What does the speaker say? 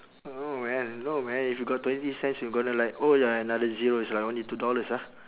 no man no man if you got twenty cents you're gonna like oh ya another zero it's like only two dollars ah